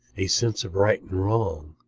a sense of right and wrong,